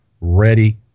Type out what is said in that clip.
ready